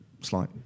slight